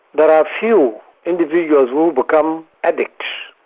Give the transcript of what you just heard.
but are few individuals who become addicts.